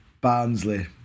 Barnsley